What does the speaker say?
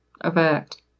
effect